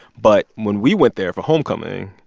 but when we went there for homecoming,